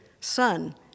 Son